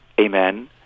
Amen